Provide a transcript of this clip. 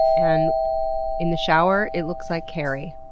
and in the shower it looks like carrie,